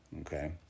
okay